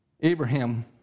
Abraham